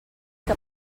que